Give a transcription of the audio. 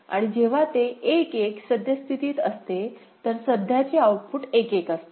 आणि जेव्हा ते 1 1 सद्य स्थितीत असते तर सध्याचे आउटपुट 1 1 असते